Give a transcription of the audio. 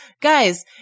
Guys